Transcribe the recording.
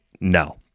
no